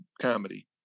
comedy